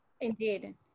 Indeed